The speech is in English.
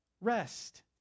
Rest